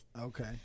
Okay